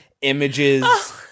images